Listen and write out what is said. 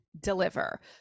deliver